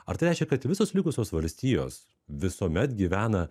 ar tai reiškia kad visos likusios valstijos visuomet gyvena